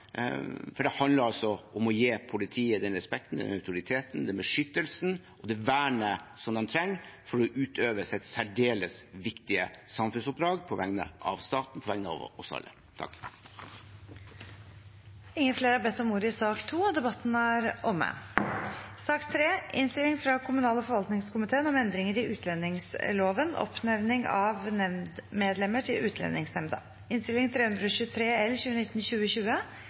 Det handler altså om å gi politiet den respekten, den autoriteten, den beskyttelsen og det vernet de trenger for å utøve sitt særdeles viktige samfunnsoppdrag på vegne av staten og oss alle. Flere har ikke bedt om ordet til sak nr. 2. Etter ønske fra kommunal- og forvaltningskomiteen vil presidenten ordne debatten slik: 3 minutter til hver partigruppe og 3 minutter til medlemmer av